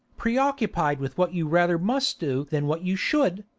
pre-occupied with what you rather must do than what you should,